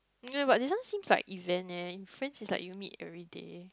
you know about this one seems like event leh friends is like you meet everyday